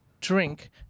Drink